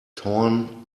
torn